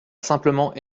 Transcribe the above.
simplement